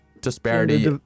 disparity